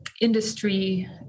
industry